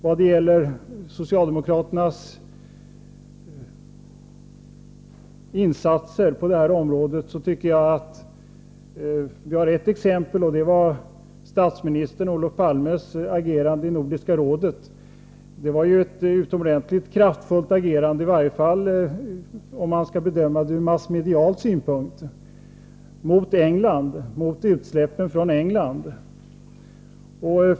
Vad sedan gäller socialdemokraternas insatser på detta område kan jag ge ett exempel, nämligen statsminister Olof Palmes agerande i Nordiska rådet. Det var ett utomordentligt kraftfullt agerande mot utsläppen från England —i varje fall bedömt ur massmediasynpunkt.